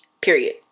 period